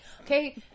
Okay